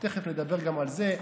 ותכף נדבר גם על זה.